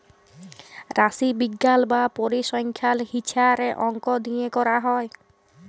রাশিবিজ্ঞাল বা পরিসংখ্যাল হিছাবে অংক দিয়ে ক্যরা হ্যয়